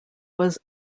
was